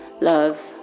love